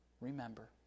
remember